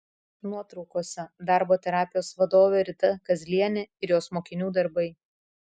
nuotraukose darbo terapijos vadovė rita kazlienė ir jos mokinių darbai